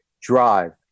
drive